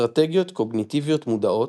אסטרטגיות קוגניטיביות מודעות,